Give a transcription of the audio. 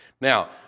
Now